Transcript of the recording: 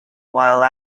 while